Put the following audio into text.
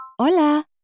Hola